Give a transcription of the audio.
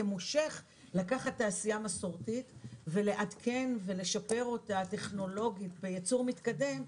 לקחת תעשייה מסורתית ולעדכן ולשפר אותה טכנולוגית בייצור מתקדם,